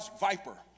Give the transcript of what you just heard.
Viper